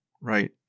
right